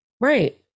Right